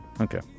Okay